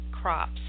crops